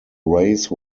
race